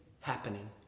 happening